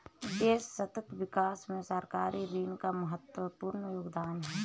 देश सतत विकास में सरकारी ऋण का महत्वपूर्ण योगदान है